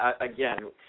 again